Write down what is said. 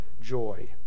joy